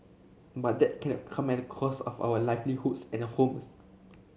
but that cannot come at the cost of our livelihoods and homes